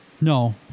No